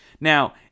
Now